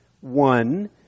one